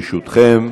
ברשותכם.